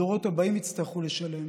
הדורות הבאים יצטרכו לשלם